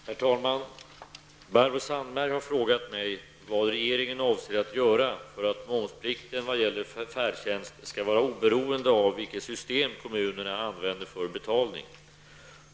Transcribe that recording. Herr talman! Barbro Sandberg har frågat mig vad regeringen avser att göra för att momsplikten vad gäller färdtjänst skall vara oberoende av vilket system kommunerna använder för betalning.